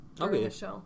Okay